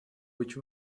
which